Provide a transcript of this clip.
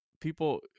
people